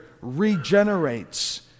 regenerates